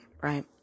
right